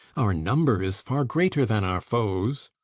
our number is far greater than our foes.